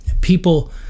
People